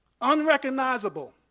Unrecognizable